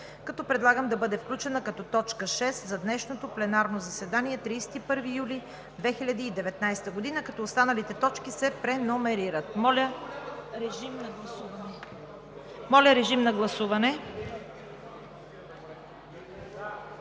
г. Предлагам да бъде включена като точка шест за днешното пленарно заседание – 31 юли 2019 г., като останалите точки се преномерират. Моля, режим на гласуване.